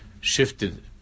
shifted